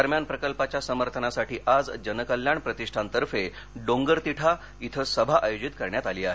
दरम्यान प्रकल्पाच्या समर्थनासाठी आज जनकल्याण प्रतिष्ठानतर्फे डोंगर तिठा इथं सभा आयोजित करण्यात आली आहे